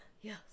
Yes